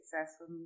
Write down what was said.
successful